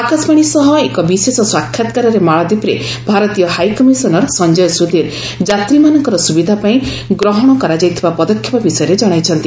ଆକାଶବାଣୀ ସହ ଏକ ବିଶେଷ ସାକ୍ଷାତକାରରେ ମାଳଦୀପରେ ଭାରତୀୟ ହାଇକମିଶନର ସଂଜୟ ସୁଧୀର ଯାତ୍ରୀମାନଙ୍କର ସୁବିଧା ପାଇଁ ଗ୍ରହଣ କରାଯାଇଥିବା ପଦକ୍ଷେପ ବିଷୟରେ ଜଣାଇଛନ୍ତି